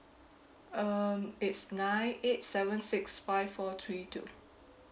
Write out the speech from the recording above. um it's nine eight seven six five four three two